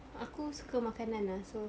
aku suka makanan ah so